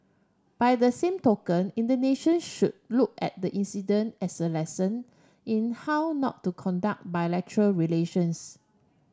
by the same token Indonesian should look at the incident as a lesson in how not to conduct bilateral relations